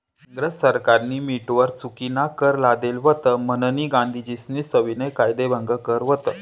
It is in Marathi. इंग्रज सरकारनी मीठवर चुकीनाकर लादेल व्हता म्हनीन गांधीजीस्नी सविनय कायदेभंग कर व्हत